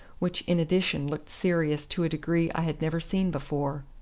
which in addition looked serious to a degree i had never seen before.